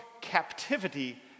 captivity